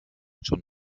schon